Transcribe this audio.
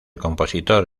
compositor